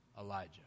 Elijah